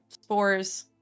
spores